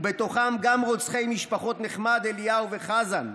ובתוכם גם רוצחי משפחות נחמד, אליהו וחזן.